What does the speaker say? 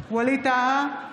ווליד טאהא,